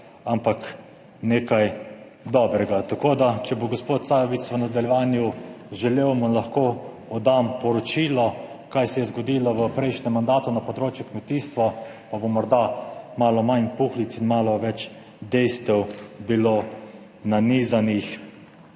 ampak nekaj dobrega. Tako da, če bo gospod Sajovic v nadaljevanju želel, mu lahko oddam poročilo, kaj se je zgodilo v prejšnjem mandatu na področju kmetijstva, pa bo morda malo manj puhlic in malo več dejstev bilo nanizanih